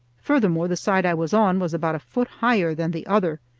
furthermore, the side i was on was about a foot higher than the other,